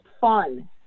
fun